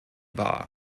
war